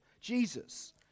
Jesus